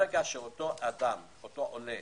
ברגע שאותו עולה